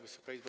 Wysoka Izbo!